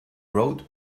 road